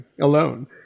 alone